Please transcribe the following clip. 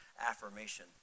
affirmation